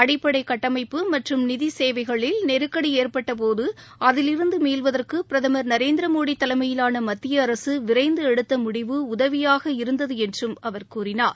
அடிப்படை கட்டமைப்பு மற்றும் நிதிச் சேவைகளில் நெருக்கடி ஏற்பட்ட போது அதிலிருந்து மீள்வதற்கு பிரதமர் நரேந்திர மோடி தலைமையிலான மத்திய அரசு விரைந்து எடுத்த முடிவு உதவியாக இருந்தது என்றம் அவர் கூறினார்